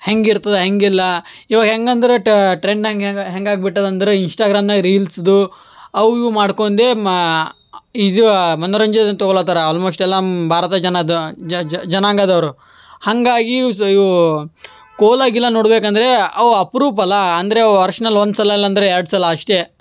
ಹೆಂಗಿರ್ತದೆ ಹೇಗಿಲ್ಲ ಇವಾಗ ಹೆಂಗೆ ಅಂದ್ರೆ ಟ ಟ್ರೆಂಡ್ ಹೇಗೆ ಅಂದ್ರೆ ಹೆಂಗೆ ಆಗ್ಬಿಟ್ಟದೆ ಅಂದರೆ ಇನ್ಸ್ಟಾಗ್ರಾಮ್ನಾಗ ರೀಲ್ಸ್ದು ಅವು ಇವು ಮಾಡ್ಕೊಂಡೇ ಇದು ಮನೋರಂಜನೆ ತೊಗೊಳತ್ತರ ಅಲ್ಮೋಶ್ಟ್ ಎಲ್ಲ ಭಾರತ ಜನರ ಜನಾಂಗದವರು ಹಾಗಾಗಿ ಇವ್ಸ್ ಇವು ಕೋಲ ಗೀಲ ನೋಡಬೇಕಂದ್ರೆ ಅವು ಅಪ್ರೂಪಲ್ವಾ ಅಂದರೆ ವರ್ಷ್ದಲ್ ಒಂದು ಸಲ ಅಲ್ಲ ಅಂದರೆ ಎರಡು ಸಲ ಅಷ್ಟೇ